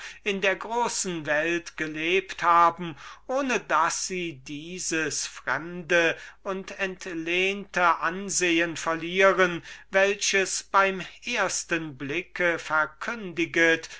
in der großen welt gelebt haben ohne daß sie dieses fremde und entlehnte ansehen verlieren welches beim ersten blick verkündiget